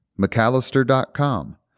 McAllister.com